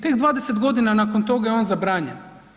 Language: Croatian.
Tek 20 godina nakon toga on je zabranjen.